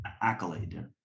accolade